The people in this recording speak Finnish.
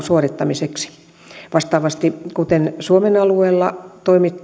suorittamiseksi vastaavasti kuten suomen alueella